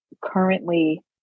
currently